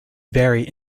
vary